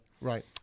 right